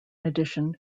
addition